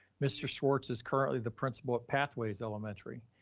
mr. schwartz is currently the principal at pathways elementary.